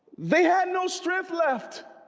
they had no strength left